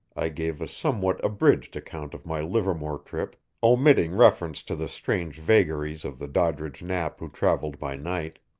i gave a somewhat abridged account of my livermore trip, omitting reference to the strange vagaries of the doddridge knapp who traveled by night.